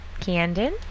Candon